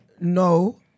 no